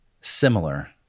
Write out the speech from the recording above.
similar